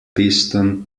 piston